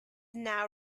now